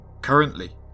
Currently